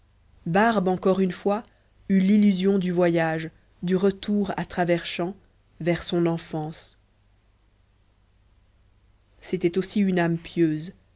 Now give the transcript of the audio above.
barbe encore une fois eut l'illusion du voyage du retour à travers champs vers son enfance c'était aussi une âme pieuse